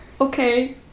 Okay